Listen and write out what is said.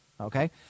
okay